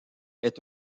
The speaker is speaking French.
est